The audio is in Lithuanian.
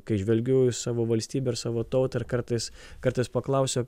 kai žvelgiu į savo valstybę ir savo tautą ir kartais kartais paklausiu